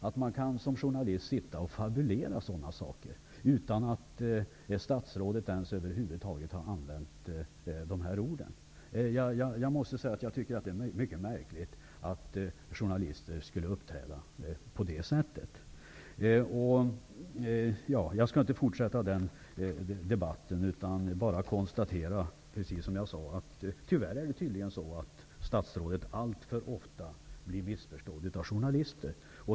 Det är mycket märkligt att man som journalist uppträder så, att man fabulerar ihop sådant, utan att statsrådet över huvud taget ens har använt dessa ord. Men jag skall inte fortsätta den debatten. Jag konstaterar bara att statsrådet tyvärr alltför ofta blir missförstådd av journalister.